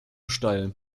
steil